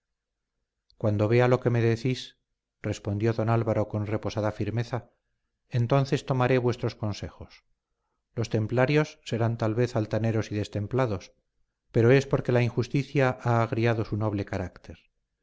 cuando vea lo que me decís respondió don álvaro con reposada firmeza entonces tomaré vuestros consejos los templarios serán tal vez altaneros y destemplados pero es porque la injusticia ha agriado su noble carácter